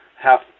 half